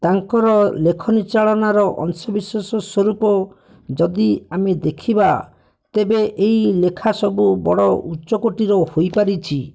ତାଙ୍କର ଲେଖନୀ ଚାଳନାର ଅଂଶବିଶେଷ ସ୍ୱରୂପ ଯଦି ଆମେ ଦେଖିବା ତେବେ ଏହି ଲେଖା ସବୁ ବଡ଼ ଉଚ୍ଚକୋଟିର ହୋଇପାରିଛି